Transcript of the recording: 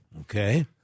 Okay